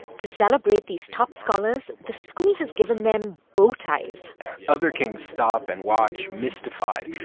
to celebrate these top scholars, the school has given them bow ties other kings stop and watch, mystified.